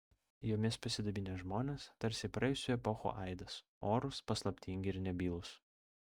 jomis pasidabinę žmonės tarsi praėjusių epochų aidas orūs paslaptingi ir nebylūs